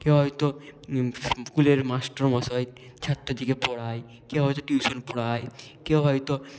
কেউ হয়তো স্কুলের মাস্টারমশাই ছাত্রদের পড়ায় কেউ হয়তো টিউশান পড়ায় কেউ হয়তো